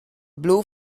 blue